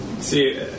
See